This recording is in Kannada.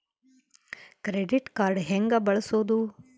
ಕ್ರೆಡಿಟ್ ಕಾರ್ಡ್ ಹೆಂಗ ಬಳಸೋದು?